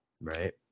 right